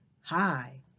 hi